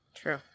True